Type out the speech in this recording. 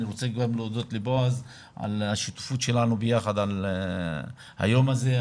אני גם רוצה להודות לבועז על השותפות שלנו ביחד ביום הזה,